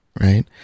right